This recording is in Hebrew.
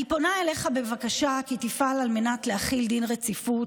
אני פונה אליך בבקשה כי תפעל על מנת להחיל דין רציפות